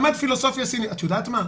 הוא למד פילוסופיה סינית, את יודעת מה?